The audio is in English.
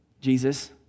Jesus